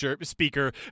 speaker